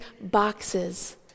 boxes